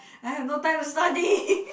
I have no time to study